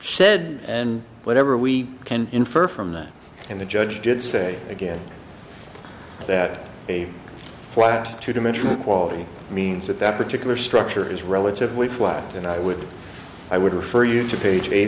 said and whatever we can infer from that and the judge did say again that a flat two dimensional quality means that that particular structure is relatively flat and i would i would refer you to page eight